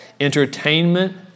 entertainment